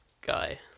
guy